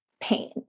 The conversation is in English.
pain